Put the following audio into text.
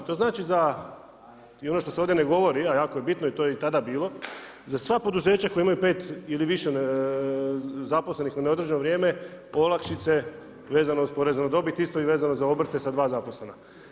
To znači, za i ono što se ovdje ne govori, a jako je bitno, a to je i tada bilo, za sva poduzeća koja imaju 5 ili više zaposlenih na određeno vrijeme, olakšice, vezano uz poreze na dobit, isto i vezano uz obrte sa 2 zaposlena.